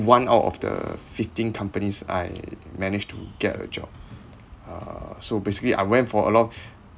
one out of the fifteen companies I manage to get a job uh so basically I went for a lot of